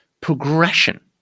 progression